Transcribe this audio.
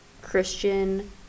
Christian